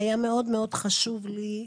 היה מאוד חשוב לי,